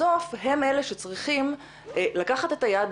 בסוף הם אלה שצריכים לקחת את היד,